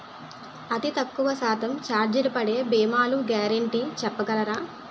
అతి తక్కువ శాతం ఛార్జీలు పడే భీమాలు గ్యారంటీ చెప్పగలరా?